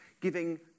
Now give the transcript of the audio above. giving